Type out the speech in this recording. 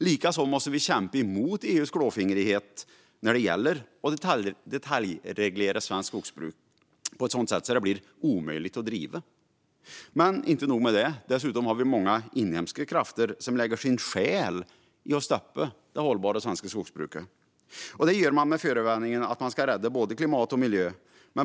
Likaså måste vi kämpa mot EU:s klåfingrighet när det gäller att detaljreglera svenskt skogsbruk på ett sådant sätt att det blir omöjligt att driva. Inte nog med det - dessutom har vi många inhemska krafter som lägger sin själ i att stoppa det hållbara svenska skogsbruket. Det gör de med förevändningen att de ska rädda både klimat och miljö.